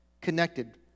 Connected